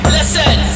Listen